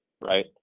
right